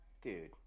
dude